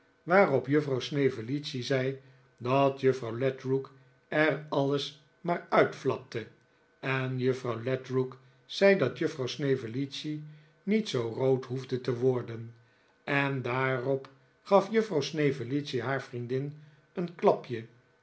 waarop juffrouw snevellicci zei dat juffrouw ledrook er alles maar uitflapte en juffrouw ledrook zei dat juffrouw snevellicci niet zoo rood hoefde te worden en daarop gaf juffrouw snevellicci haar vriendin een klapje